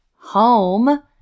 home